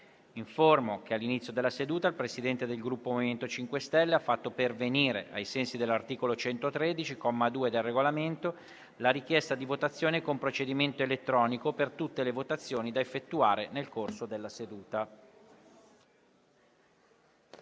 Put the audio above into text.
che all'inizio della seduta il Presidente del Gruppo MoVimento 5 Stelle ha fatto pervenire, ai sensi dell'articolo 113, comma 2, del Regolamento, la richiesta di votazione con procedimento elettronico per tutte le votazioni da effettuare nel corso della seduta.